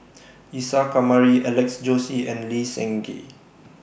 Isa Kamari Alex Josey and Lee Seng Gee